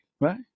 right